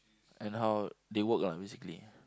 and how they work lah basically